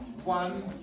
One